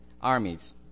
armies